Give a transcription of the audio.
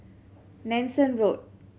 Nanson Road